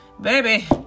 baby